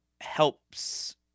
helps